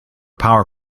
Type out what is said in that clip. power